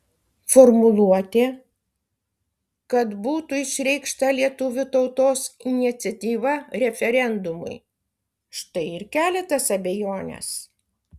formuluotė kad būtų išreikšta lietuvių tautos iniciatyva referendumui štai ir kelia tas abejones